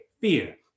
fear